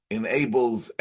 enables